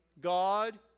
God